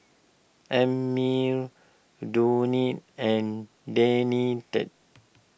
Ammie Dione and Danette